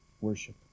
worship